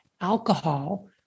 alcohol